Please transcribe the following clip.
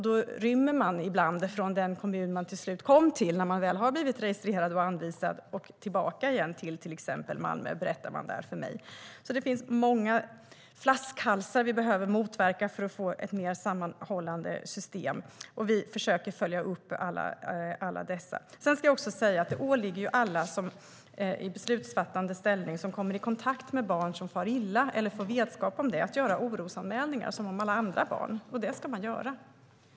I Malmö berättade de för mig att det ibland händer att barn rymmer tillbaka till Malmö från den kommun man till slut kommit till efter att man väl blivit registrerad. Det finns många flaskhalsar vi behöver motverka för att få ett mer sammanhållet system. Sedan åligger det alla i beslutsfattande ställning som kommer i kontakt med barn som far illa eller får vetskap om det att göra orosanmälningar, precis som med alla andra barn. Det ska man göra.